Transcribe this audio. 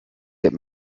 get